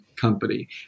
company